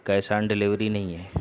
cash on delivery نہیں ہے